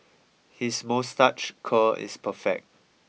his moustache curl is perfect